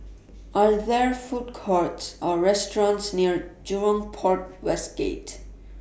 Are There Food Courts Or restaurants near Jurong Port West Gate